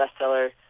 bestseller